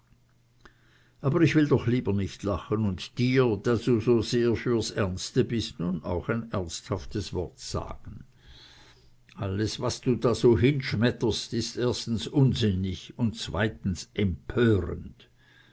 aber ich will doch lieber nicht lachen und dir da du so sehr fürs ernste bist nun auch ein ernsthaftes wort sagen alles was du da so hinschmetterst ist erstens unsinnig und zweitens empörend